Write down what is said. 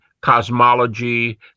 cosmology